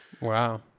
Wow